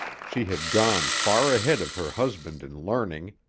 she had gone far ahead of her husband in learning,